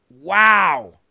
Wow